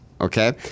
okay